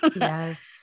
Yes